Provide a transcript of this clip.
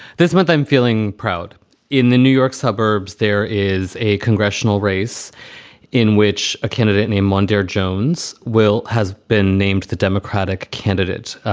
this month i'm feeling proud in new york suburbs. there is a congressional race in which a candidate named monder jones will has been named the democratic candidates.